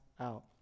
out